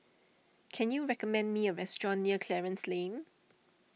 can you recommend me a restaurant near Clarence Lane